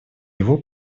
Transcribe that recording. его